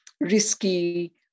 risky